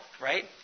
right